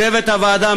צוות הוועדה,